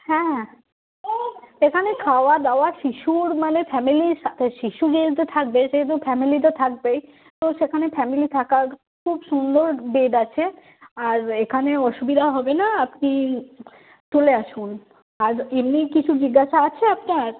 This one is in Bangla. হ্যাঁ হ্যাঁ এখানে খাওয়া দাওয়া শিশুর মানে ফ্যামিলির সাথে শিশু যেহেতু থাকবে সেহেতু ফ্যামিলি তো থাকবেই তো সেখানে ফ্যামিলি থাকার খুব সুন্দর বেড আছে আর এখানে অসুবিধা হবে না আপনি চলে আসুন আর এমনি কিছু জিজ্ঞাসা আছে আপনার